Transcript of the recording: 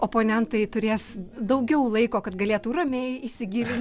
oponentai turės daugiau laiko kad galėtų ramiai įsigilin